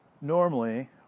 normally